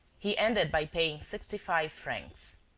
he ended by paying sixty-five francs.